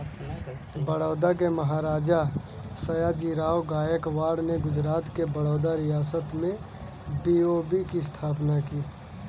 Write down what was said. बड़ौदा के महाराजा, सयाजीराव गायकवाड़ ने गुजरात के बड़ौदा रियासत में बी.ओ.बी की स्थापना की